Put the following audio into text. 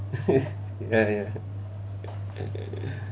ya yeah